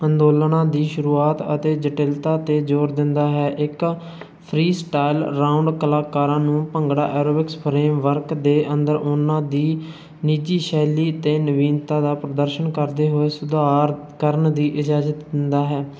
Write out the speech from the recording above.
ਅੰਦੋਲਨਾਂ ਦੀ ਸ਼ੁਰੂਆਤ ਅਤੇ ਜਟਿਲਤਾ 'ਤੇ ਜ਼ੋਰ ਦਿੰਦਾ ਹੈ ਇੱਕ ਫਰੀ ਸਟਾਈਲ ਰਾਊਂਡ ਕਲਾਕਾਰਾਂ ਨੂੰ ਭੰਗੜਾ ਐਰੋਬਿਕਸ ਫਰੇਮਵਰਕ ਦੇ ਅੰਦਰ ਉਹਨਾਂ ਦੀ ਨਿੱਜੀ ਸ਼ੈਲੀ ਅਤੇ ਨਵੀਨਤਾ ਦਾ ਪ੍ਰਦਰਸ਼ਨ ਕਰਦੇ ਹੋਏ ਸੁਧਾਰ ਕਰਨ ਦੀ ਇਜਾਜ਼ਤ ਦਿੰਦਾ ਹੈ